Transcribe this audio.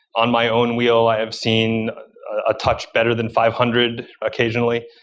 on my own wheel i have seen a touch better than five hundred, occasionally.